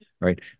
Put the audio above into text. Right